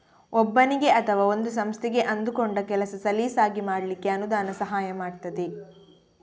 ಒಬ್ಬನಿಗೆ ಅಥವಾ ಒಂದು ಸಂಸ್ಥೆಗೆ ಅಂದುಕೊಂಡ ಕೆಲಸ ಸಲೀಸಾಗಿ ಮಾಡ್ಲಿಕ್ಕೆ ಅನುದಾನ ಸಹಾಯ ಮಾಡ್ತದೆ